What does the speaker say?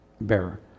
bearer